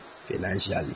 financially